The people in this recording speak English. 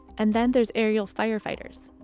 and then there's aerial firefighters.